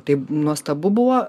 taip nuostabu buvo